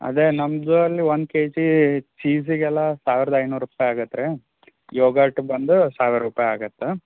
ಅದೇ ನಮ್ಮದು ಅಲ್ಲಿ ಒನ್ ಕೆಜಿ ಚೀಸಿಗೆಲ್ಲ ಸಾವಿರದ ಐನೂರು ರುಪಾಯಿ ಆಗುತ್ತೆ ರೀ ಯೋಗಾಟ್ ಬಂದು ಸಾವಿರ ರುಪಾಯಿ ಆಗುತ್ತೆ